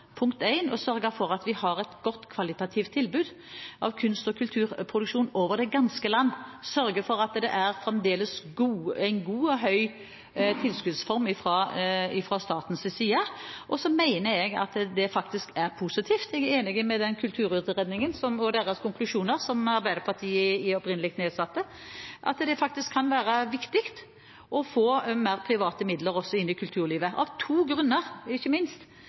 punkt 1, å sørge for at vi har et godt kvalitativt tilbud av kunst- og kulturproduksjoner over det ganske land, og å sørge for at det fremdeles er gode og store tilskudd fra statens side. Så mener jeg at det faktisk er positivt, og jeg er enig i kulturutredningen og dens konklusjoner fra utvalget Arbeiderpartiet opprinnelig nedsatte, at det faktisk kan være viktig å få mer private midler inn i kulturlivet – av minst to grunner: